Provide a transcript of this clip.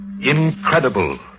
incredible